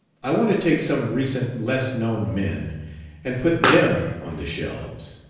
i want to take some recent, less-known men and put them on the shelves.